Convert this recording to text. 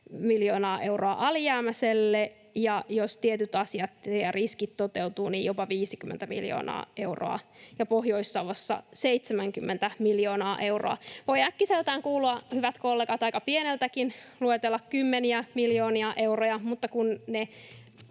miljoonaa euroa alijäämäisiä, ja jos tietyt asiat ja riskit toteutuvat, niin jopa 50 miljoonaa euroa, ja Pohjois-Savossa 70 miljoonaa euroa. Voi äkkiseltään kuulostaa, hyvät kollegat, aika pieneltäkin luetella kymmeniä miljoonia euroja, mutta kun ne